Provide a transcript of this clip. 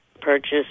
purchase